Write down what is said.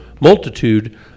multitude